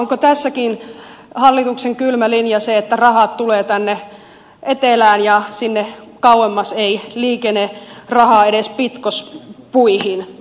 onko tässäkin hallituksen kylmä linja se että rahat tulevat tänne etelään ja sinne kauemmas ei liikene rahaa edes pitkospuihin